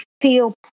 feel